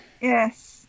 Yes